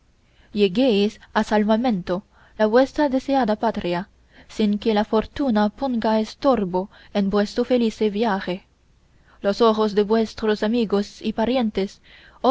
de verdaderos amantes lleguéis a salvamento a vuestra deseada patria sin que la fortuna ponga estorbo en vuestro felice viaje los ojos de vuestros amigos y parientes